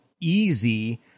easy